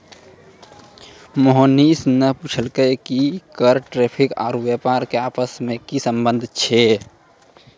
मोहनीश ने पूछलकै कि कर टैरिफ आरू व्यापार के आपस मे की संबंध छै